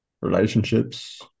Relationships